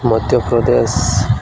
Madhya Pradesh